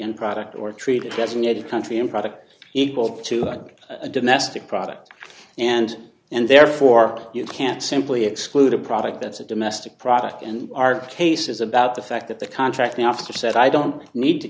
and product or treaty resonated country in product equal to hug a domestic product and and therefore you can't simply exclude a product that's a domestic product and our case is about the fact that the contract the officer said i don't need to